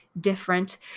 Different